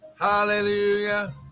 Hallelujah